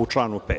u članu 5.